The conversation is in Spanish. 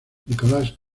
nicolás